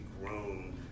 grown